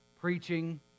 preaching